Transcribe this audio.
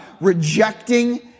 rejecting